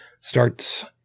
starts